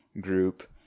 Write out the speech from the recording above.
group